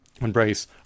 embrace